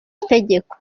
itegeko